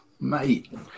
mate